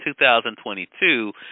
2022